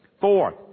Fourth